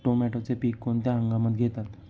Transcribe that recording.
टोमॅटोचे पीक कोणत्या हंगामात घेतात?